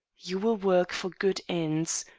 you will work for good ends.